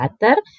better